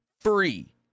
Free